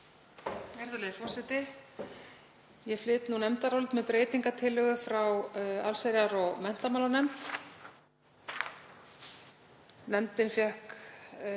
Virðulegi forseti. Ég flyt nú nefndarálit með breytingartillögu frá allsherjar- og menntamálanefnd. Nefndin fékk